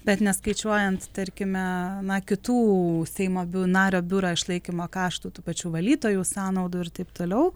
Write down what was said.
bet neskaičiuojant tarkime na kitų seimo biu nario biuro išlaikymo karštų tų pačių valytojų sąnaudų ir taip toliau